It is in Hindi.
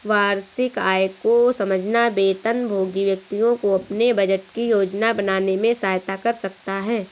वार्षिक आय को समझना वेतनभोगी व्यक्तियों को अपने बजट की योजना बनाने में सहायता कर सकता है